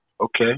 Okay